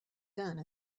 done